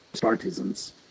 partisans